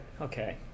Okay